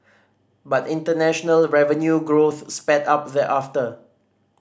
but international revenue growth sped up thereafter